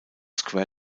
square